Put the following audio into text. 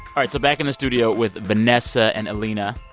right. so back in the studio with vanessa and alina.